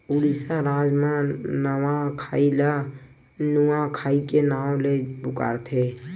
उड़ीसा राज म नवाखाई ल नुआखाई के नाव ले पुकारथे